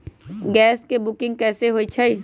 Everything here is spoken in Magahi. गैस के बुकिंग कैसे होईछई?